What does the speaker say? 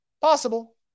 Possible